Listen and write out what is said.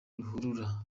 ruhurura